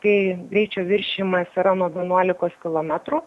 kai greičio viršijimas yra nuo vienuolikos kilometrų